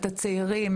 את הצעירים,